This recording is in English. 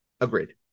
Agreed